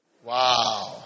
Wow